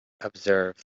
observe